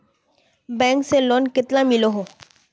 Bank से loan कतला मिलोहो?